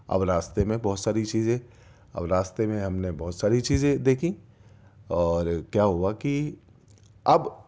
اب راستے میں بہت ساری چیزیں اب راستے میں ہم نے بہت ساری چیزیں دیکھی اور کیا ہوا کہ اب